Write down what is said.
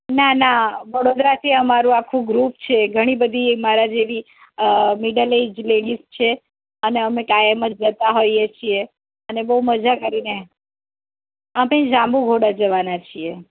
ના ના વડોદરાથી અમારું આખું ગ્રુપ છે ઘણી બધી મારા જેવી મીડિલ એજ લેડિઝ છે અને અમે કાયમ જ જતાં હોઈએ છીએ અને બહુ મઝા કરીને આપણે જાંબુઘોડા જવાના છીએ